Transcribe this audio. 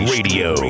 Radio